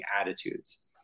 attitudes